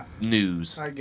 News